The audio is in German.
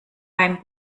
beim